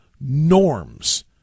norms